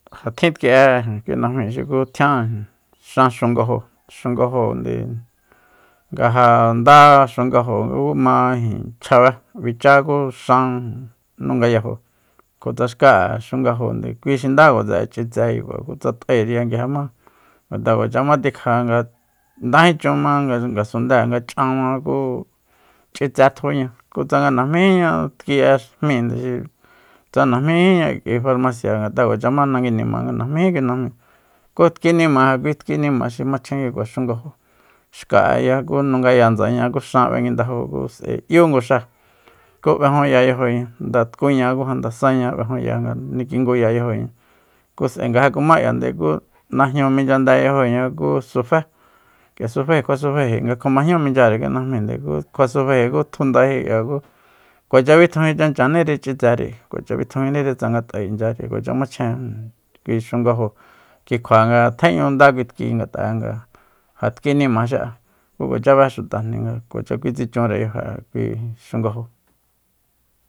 Ja tjin tki'e kui najmíi xuku ja tjian xan xungajóo xungajóonde nga ja ndá xungajo ku ma chjabe bichá ku xan nungayajo kutsa xka'e xungajo kui xi nda tse ch'itse kikua kutsa t'áeri ngat'a kuacha ma tikja ndají chun ma ngasundée nga ch'an ma ku ch'itsé tjuña kutsa najmíjiña tki'e jmíinde tsa najmíjiña k'ui farmasia ngat'a kuacha ma nangui nima nga najmíji kui najmíi ku tkinima kui tkinima xi machjen kikua xungajo xka'eya ku nungajo ndsaña ku xan b'enguindajó ku s'ae 'yú nguxa ku b'ejunya yajóoñá nda tkuña ku janda sáña b'ejunya nga nikinguya yajoña ku s'ae nga ja kumá k'iande kú najñu minchyande yajoñá ku sufé k'ia sufú kjua sufeji nga kjuma jñú minchyare kui najmi ku kjuasufeji ku tjundaji k'ia ku kuacha bitjujin chanchaníri ch'itseri ayi kuacha bitjujiniri tsanga t'ae inchyari kuacha machjen kui xungajo kikju nga tjéñu nda kui tki ngat'a'e nga ja tki nima xi'a ku kuacha bé xutajni nga kuacha kitsichunre yajo'e ja kui xungajo